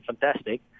fantastic